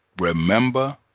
Remember